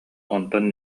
онтон